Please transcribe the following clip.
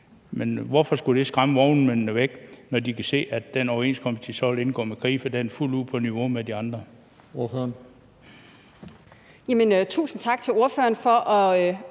Men hvorfor skulle det skræmme vognmændene væk, når de kan se, at den overenskomst, de så vil indgå med Krifa, er fuldt ud på niveau med de andre? Kl. 14:33 Den fg. formand